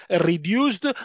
reduced